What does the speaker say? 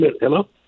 Hello